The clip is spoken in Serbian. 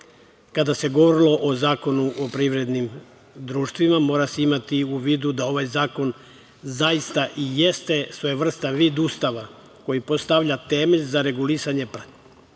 kada se govori o Zakonu o privrednim društvima mora se imati u vidu da ovaj zakon zaista i jeste svojevrstan vid ustava koji postavlja temelj za regulisanje pravnih